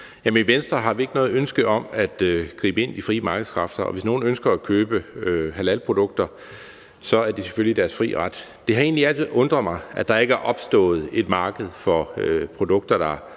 I Venstre har vi ikke noget ønske om at gribe ind i de frie markedskræfter, og hvis nogen ønsker at købe halalprodukter, er det selvfølgelig deres frie ret at gøre det. Det har egentlig altid undret mig, at der ikke er opstået et marked for produkter, der